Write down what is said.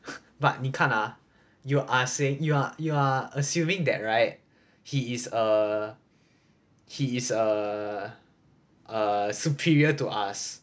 but 你看 ah you are saying you are you are assuming that right he is err he is err superior to us